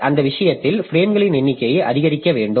எனவே அந்த விஷயத்தில் பிரேம்ன் எண்ணிக்கையை அதிகரிக்க வேண்டும்